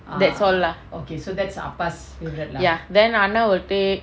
that's all lah ya then amma will take